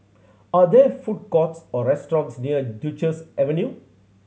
are there food courts or restaurants near Duchess Avenue